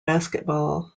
basketball